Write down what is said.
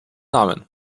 namen